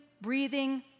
breathing